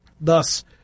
thus